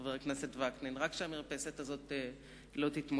חבר הכנסת וקנין, רק שהמרפסת הזאת לא תתמוטט.